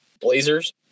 Blazers